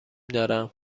دارم